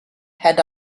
had